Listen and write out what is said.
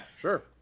Sure